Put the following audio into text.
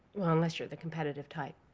well, unless you're the competitive type.